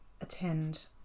attend